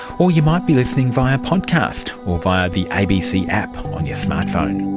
or you might be listening via podcast or via the abc app on your smart phone.